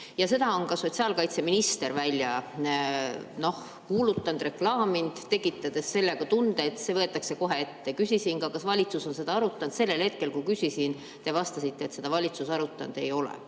seda on ka sotsiaalkaitseminister kuulutanud-reklaaminud, tekitades tunde, et see võetakse kohe ette. Küsisin ka, kas valitsus on seda arutanud. Sellel hetkel, kui ma küsisin, te vastasite, et seda valitsus arutanud ei ole.